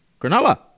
Granola